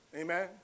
Amen